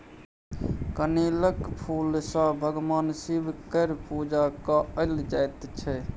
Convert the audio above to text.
कनेलक फुल सँ भगबान शिब केर पुजा कएल जाइत छै